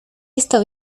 visto